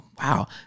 Wow